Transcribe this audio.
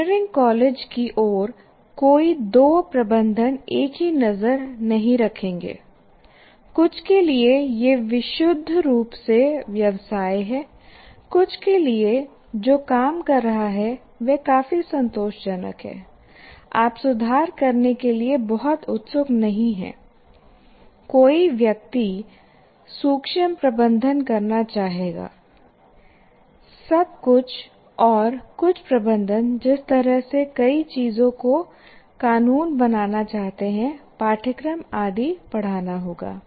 engineering college की ओर कोई दो प्रबंधन एक ही नजर नहीं रखेंगे कुछ के लिए यह विशुद्ध रूप से व्यवसाय है कुछ के लिए जो काम कर रहा है वह काफी संतोषजनक है आप सुधार करने के लिए बहुत उत्सुक नहीं हैं कोई व्यक्ति सूक्ष्म प्रबंधन करना चाहेगा सब कुछ और कुछ प्रबंधन जिस तरह से कई चीजों को कानून बनाना चाहते हैं पाठ्यक्रम आदि पढ़ाना होगा